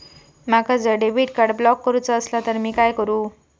माका जर debit card block करूचा असला तर मी काय करू?